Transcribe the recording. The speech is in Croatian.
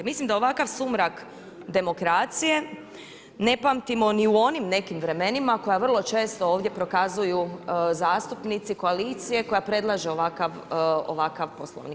Mislim da ovakav sumrak demokracije ne pamtimo ni u onim nekim vremenima koja vrlo često ovdje prokazuju zastupnici koalicije koja predlaže ovakav Poslovnik.